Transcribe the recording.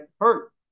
hurt